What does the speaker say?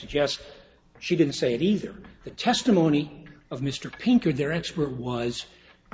suggest she didn't say either the testimony of mr pink or their expert was